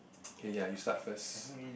okay ya you start first